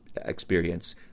experience